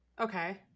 Okay